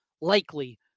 likely